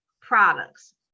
products